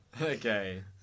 okay